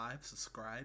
subscribe